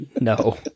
No